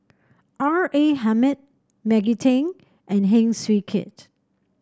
R A Hamid Maggie Teng and Heng Swee Keat